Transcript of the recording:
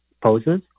poses